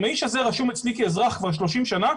אם האיש הזה רשום אצלי כאזרח כבר 30 שנה,